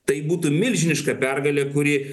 tai būtų milžiniška pergalė kuri